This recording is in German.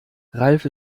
ralf